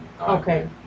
okay